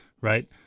right